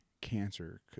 cancer